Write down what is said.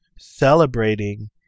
celebrating